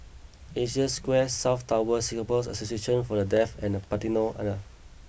Asia Square South Tower Singapore Association For The Deaf and The Patina Hotel